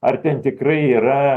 ar ten tikrai yra